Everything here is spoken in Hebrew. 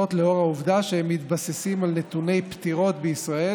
לאור העובדה שהם מתבססים על נתוני פטירות בישראל,